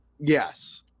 Yes